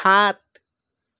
সাত